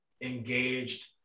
engaged